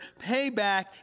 payback